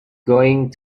going